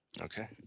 Okay